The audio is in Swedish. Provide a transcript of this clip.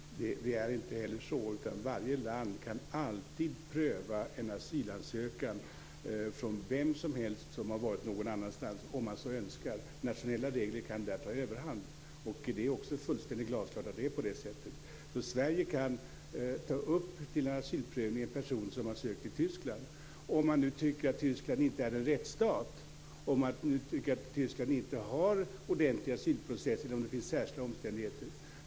Herr talman! Det är inte heller så. Varje land kan alltid pröva en asylansökan från vem som helst som har varit någon annanstans om man så önskar. Nationella regler kan ta överhand. Det är också fullständigt glasklart att det är på det sättet. Sverige kan ta upp till asylprövning en person som har sökt i Tyskland, om man nu tycker att Tyskland inte är en rättsstat, om man tycker att Tyskland inte har ordentlig asylprocess eller om det finns särskilda omständigheter.